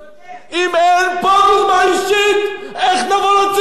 אם אין פה דוגמה אישית, איך נבוא לציבור?